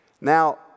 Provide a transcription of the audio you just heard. Now